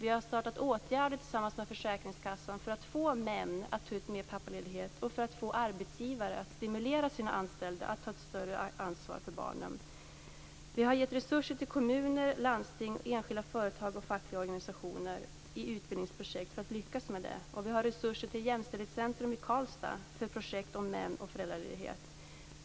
I samarbete med försäkringskassan har åtgärder vidtagits för att få män att ta ut mer pappaledighet och få arbetsgivare att stimulera sina anställda att ta större ansvar för barnen. Vi har gett resurser till kommuner, landsting, enskilda företag och fackliga organisationer för utbildningsprojekt. Det finns resurser till ett Jämställdhetscentrum i Karlstad - ett projekt om män och föräldraledighet.